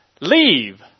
Leave